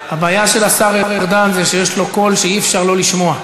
הבעיה של השר ארדן זה שיש לו קול שאי-אפשר לא לשמוע,